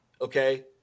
Okay